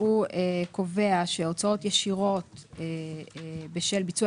הוא קובע שהוצאות ישירות בשל ביצוע